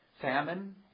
famine